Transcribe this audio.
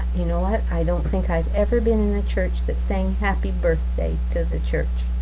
you know what, i don't think i've ever been in a church that's saying happy birthday to the church.